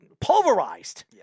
pulverized